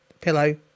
Pillow